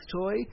toy